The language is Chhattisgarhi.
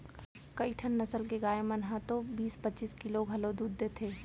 कइठन नसल के गाय मन ह तो बीस पच्चीस किलो घलौ दूद देथे